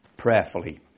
prayerfully